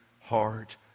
heart